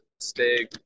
Stay